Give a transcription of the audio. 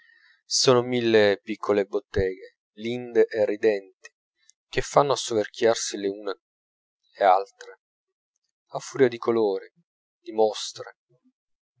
sono mille piccole botteghe linde e ridenti che fanno a soverchiarsi le une le altre a furia di colori